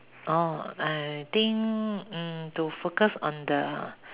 oh I think mm to focus on the